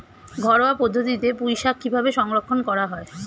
ঘরোয়া পদ্ধতিতে পুই শাক কিভাবে সংরক্ষণ করা হয়?